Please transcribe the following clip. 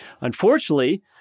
Unfortunately